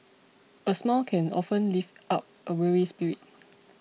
a smile can often lift up a weary spirit